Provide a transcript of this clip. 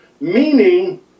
meaning